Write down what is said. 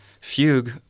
fugue